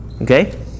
Okay